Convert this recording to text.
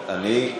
אני,